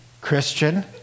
Christian